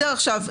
מצאנו